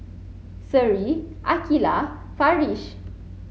Seri Aqeelah Farish